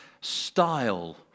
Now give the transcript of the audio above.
style